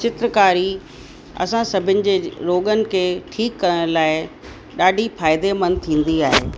चित्रकारी असां सभिनी जे रोॻनि खे ठीकु करण लाइ ॾाढी फ़ाइदेमंद थींदी आहे